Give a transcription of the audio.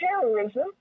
terrorism